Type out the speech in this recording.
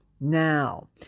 Now